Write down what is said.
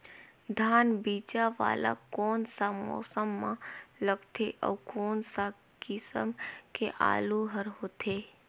धान बीजा वाला कोन सा मौसम म लगथे अउ कोन सा किसम के आलू हर होथे?